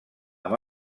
amb